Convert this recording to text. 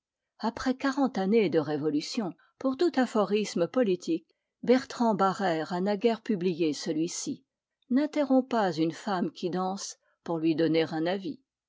après quarante années de révolutions pour tout aphorisme politique bertrand barrère a naguère publié celui-ci n'interromps pas une femme qui danse pour lui donner un avis